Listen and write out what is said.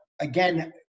again